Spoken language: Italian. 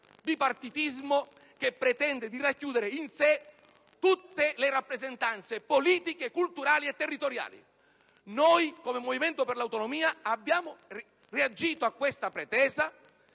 bipartitismo che pretende di racchiudere in sé tutte le rappresentanze politiche, culturali e territoriali. Noi, come Movimento per l'Autonomia, abbiamo reagito a questa pretesa